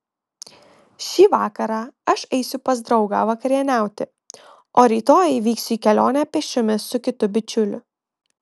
šį vakarą aš eisiu pas draugą vakarieniauti o rytoj vyksiu į kelionę pėsčiomis su kitu bičiuliu